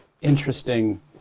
interesting